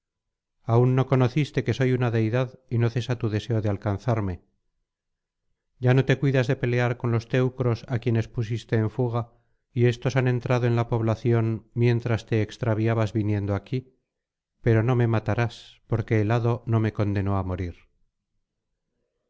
aiín no conociste que soy una deidad y no cesa tu deseo de alcanzarme ya no te cuidas de pelear con los teucros á quienes pusiste en fuga y éstos han entrado en la población mientras te extraviabas viniendo aquí pero no me matarás porque el hado no me condenó á morir